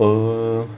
oh